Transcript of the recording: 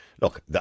Look